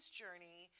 journey